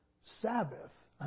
Sabbath